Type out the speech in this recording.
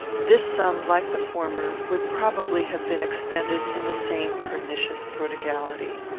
this sum, like the former, would probably have been expended in the same pernicious prodigality.